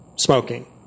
Smoking